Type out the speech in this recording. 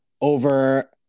over –